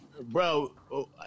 Bro